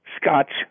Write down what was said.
Scotch